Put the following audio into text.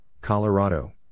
Colorado